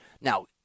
Now